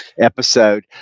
episode